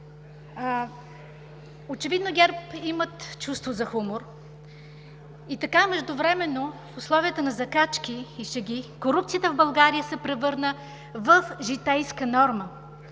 Очевидно ГЕРБ имат чувство за хумор. И така междувременно в условията на закачки и шеги, корупцията в България се превърна в житейска норма,